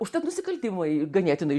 užtat nusikaltimai ganėtinai